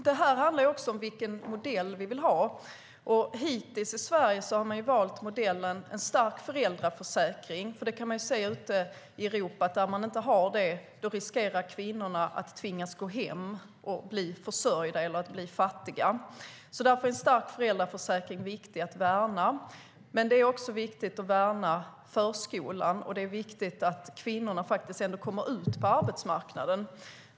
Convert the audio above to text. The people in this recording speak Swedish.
Det här handlar om vilken modell vi vill ha. Hittills i Sverige har vi valt modellen en stark föräldraförsäkring. Vi kan se ute i Europa att där man inte har det riskerar kvinnorna att tvingas vara hemma och bli försörjda eller bli fattiga. Därför är en stark föräldraförsäkring viktig att värna. Det är också viktigt att värna förskolan, och det är viktigt att kvinnorna faktiskt kommer ut på arbetsmarknaden.